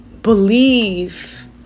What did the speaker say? believe